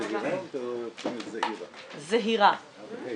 הישיבה ננעלה בשעה 11:25.